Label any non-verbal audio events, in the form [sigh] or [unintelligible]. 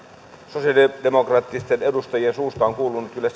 sosialidemokraattisten edustajien suusta on kuulunut kyllä [unintelligible]